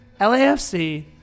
LAFC